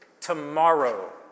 tomorrow